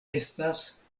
estas